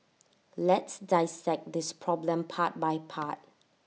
let's dissect this problem part by part